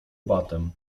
batem